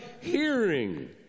hearing